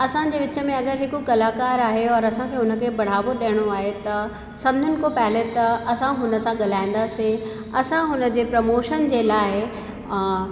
असांजे विच में अगरि हिकु कलाकारु आहे और असांखे हुन खे बढ़ावो ॾियणो आहे त सभिनीन खां पहले त असां हुन सां ॻल्हाईंदासीं असां हुन जे प्रमोशन जे लाइ